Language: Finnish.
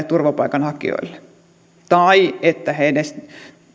turvapaikanhakijoille tai että he edes